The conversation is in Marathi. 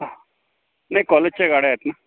नाही कॉलेजच्या गाड्या आहेत ना